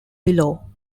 below